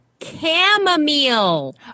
chamomile